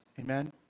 Amen